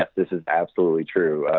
this is absolutely true.